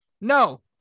No